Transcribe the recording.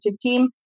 team